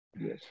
Yes